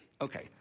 Okay